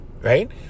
right